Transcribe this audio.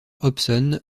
hobson